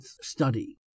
study